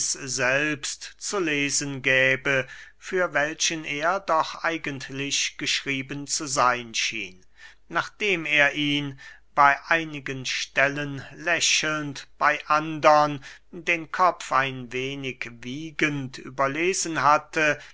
selbst zu lesen gäbe für welchen er doch eigentlich geschrieben zu seyn schien nachdem er ihn bey einigen stellen lächelnd bey andern den kopf ein wenig wiegend überlesen hatte